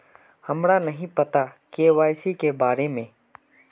हमरा नहीं पता के.वाई.सी के बारे में?